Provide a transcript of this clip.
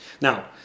Now